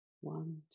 One